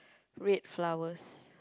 red flowers